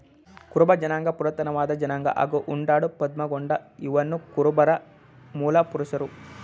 ಕುರುಬ ಜನಾಂಗ ಪುರಾತನವಾದ ಜನಾಂಗ ಹಾಗೂ ಉಂಡಾಡು ಪದ್ಮಗೊಂಡ ಇವನುಕುರುಬರ ಮೂಲಪುರುಷ